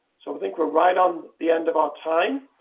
so i think we're right on the end of our time.